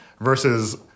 versus